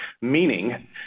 Meaning